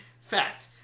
fact